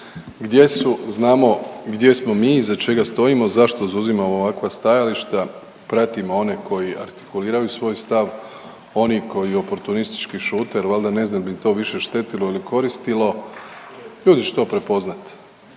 gdje su, znamo gdje smo mi, iza čega stojimo, zašto zauzimamo ovakva stajališta, pratimo one koji artikuliraju svoj stav, oni koji oportunistički šute jel valjda ne znaju jel bi im to više štetilo ili koristilo, ljudi će to prepoznat.